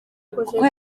kuko